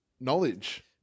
knowledge